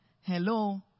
hello